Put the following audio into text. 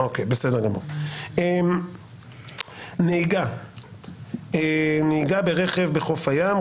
"נהיגה ברכב בחוף הים".